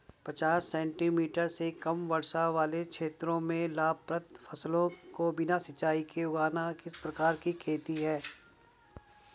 पचास सेंटीमीटर से कम वर्षा वाले क्षेत्रों में लाभप्रद फसलों को बिना सिंचाई के उगाना किस प्रकार की खेती है?